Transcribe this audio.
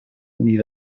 need